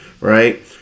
right